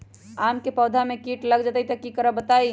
आम क पौधा म कीट लग जई त की करब बताई?